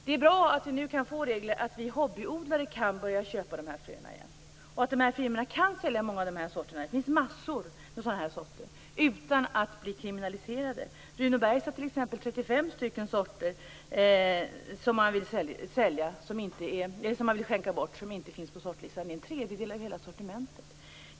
Det är bra att vi nu kan få regler som gör att vi hobbyodlare kan börja köpa de här fröerna igen och att de här firmorna kan sälja många av de berörda sorterna - det finns massor av dem - utan att bli kriminaliserade. Runåbergs har t.ex. 35 sorter som inte finns på sortlistan och som man vill skänka bort. Det är en tredjedel av hela sortimentet.